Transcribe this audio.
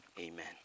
amen